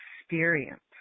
experience